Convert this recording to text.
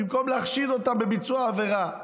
במקום להחשיד אותם בביצוע עבירה,